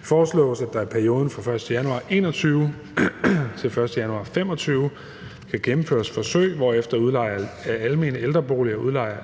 Det foreslås, at der i perioden fra den 1. januar 2021 til den 1. januar 2025 kan gennemføres forsøg, hvorefter udlejere af almene ældreboliger og udlejere